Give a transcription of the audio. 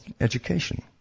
education